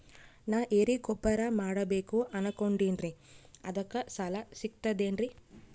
ನಾ ಎರಿಗೊಬ್ಬರ ಮಾಡಬೇಕು ಅನಕೊಂಡಿನ್ರಿ ಅದಕ ಸಾಲಾ ಸಿಗ್ತದೇನ್ರಿ?